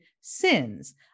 Sins